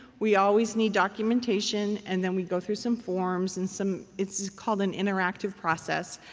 we always need documentation. and then we go through some forms and some it's called an interactive process.